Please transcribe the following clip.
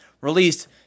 released